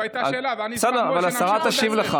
זאת הייתה שאלה, בסדר, השרה תשיב לך.